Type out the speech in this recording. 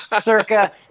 circa